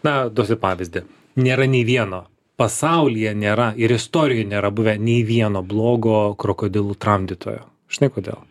na duosiu pavyzdį nėra nei vieno pasaulyje nėra ir istorijoj nėra buvę nei vieno blogo krokodilų tramdytojo žinai kodėl